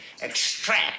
extract